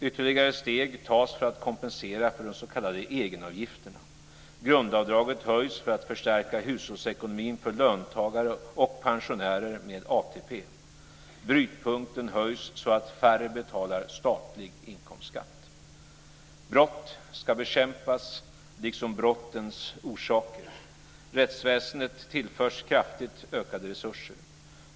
Ytterligare steg tas för att kompensera för de s.k. Brott ska bekämpas liksom brottens orsaker. Rättsväsendet tillförs kraftigt ökade resurser.